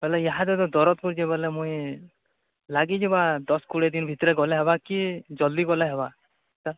ତାହାଲେ ଇହାଦେ ଦରଜ ଲାଗିଲେ ମୁଇଁ ଲାଗିଯିବା ଦଶ କୋଡ଼ିଏ ଦିନ୍ ଭିତରେ ଗଲେ ହବା କି ଜଲ୍ଦି ଗଲେ ହେବା ସାର୍